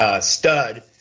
stud